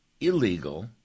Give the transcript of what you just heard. illegal